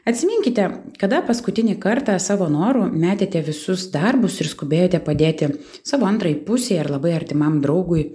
atsiminkite kada paskutinį kartą savo noru metėte visus darbus ir skubėjote padėti savo antrai pusei ar labai artimam draugui